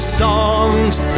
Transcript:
songs